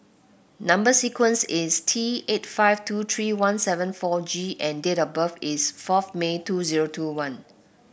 number sequence is T eight five two three one seven four G and date of birth is fourth May two zero two one